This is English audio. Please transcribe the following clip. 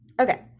okay